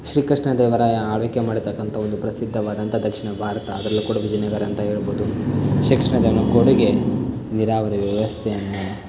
ಶ್ರೀ ಕೃಷ್ಣದೇವರಾಯ ಆಳ್ವಿಕೆ ಮಾಡಿರತಕ್ಕಂತಹ ಒಂದು ಪ್ರಸಿದ್ಧವಾದಂತಹ ದಕ್ಷಿಣ ಭಾರತ ಅದರಲ್ಲೂ ಕೊಡ ವಿಜಯನಗರ ಅಂತ ಹೇಳ್ಬೋದು ಶ್ರೀ ಕೃಷ್ಣದೇವರಾಯನ ಕೊಡುಗೆ ನೀರಾವರಿ ವ್ಯವಸ್ಥೆಯನ್ನು